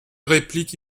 réplique